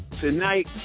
Tonight